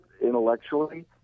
intellectually